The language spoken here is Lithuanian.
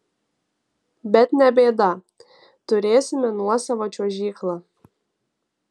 bet ne bėda turėsime nuosavą čiuožyklą